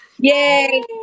Yay